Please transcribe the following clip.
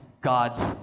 God's